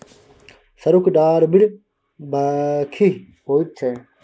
सरुक डारि बड़ बिखाह होइत छै